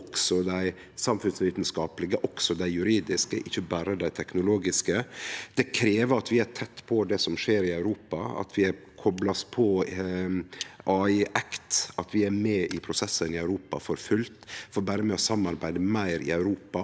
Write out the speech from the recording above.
også dei samfunnsvitskaplege og juridiske, ikkje berre dei teknologiske. Det krev at vi er tett på det som skjer i Europa, at vi har kopla oss på AI Act, og at vi er med i prosessane i Europa for fullt, for berre med å samarbeide meir i Europa